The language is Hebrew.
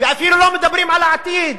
ואפילו לא מדברים על העתיד,